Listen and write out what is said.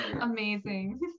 Amazing